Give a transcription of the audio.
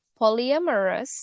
Polyamorous